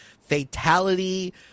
Fatality